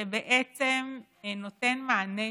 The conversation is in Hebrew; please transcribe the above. שבעצם נותן מענה